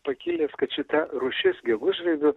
pakilęs kad šita rūšis gegužraibių